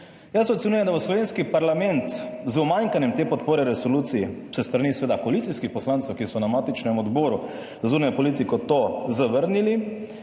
Jaz ocenjujem, da bo slovenski parlament z umanjkanjem te podpore resoluciji s strani seveda koalicijskih poslancev, ki so na matičnem Odboru za zunanjo politiko to zavrnili,